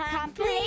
complete